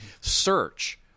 search